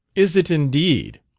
is it, indeed?